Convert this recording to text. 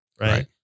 Right